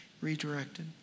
redirected